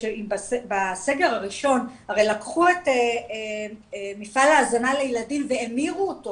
בסגר הראשון הרי לקחו את מפעל ההזנה לילדים והמירו אותו